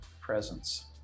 presence